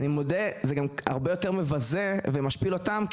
אני מודה שזה גם הרבה יותר מבזה ומשפיל אותם.